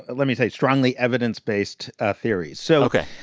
let me say, strongly evidence-based ah theories. so. ok.